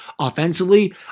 offensively